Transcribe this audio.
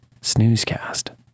snoozecast